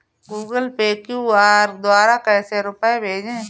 Google Pay QR द्वारा कैसे रूपए भेजें?